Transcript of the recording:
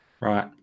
right